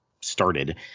started